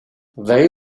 they